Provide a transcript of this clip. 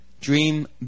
dream